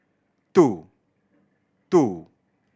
two two